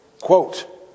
quote